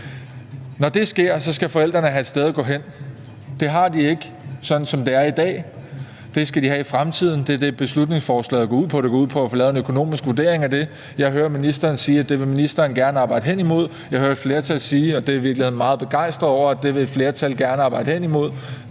Når det sker, skal forældrene have et sted at gå hen. Det har de ikke, sådan som det er i dag. Det skal de have i fremtiden. Det er det, beslutningsforslaget går ud på, altså at få lavet en økonomisk vurdering af det. Jeg hører ministeren sige, at det vil ministeren gerne arbejde hen imod. Jeg hører et flertal sige, og det er jeg i virkeligheden meget begejstret over, at det vil et flertal gerne arbejde hen imod.